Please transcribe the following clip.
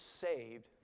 saved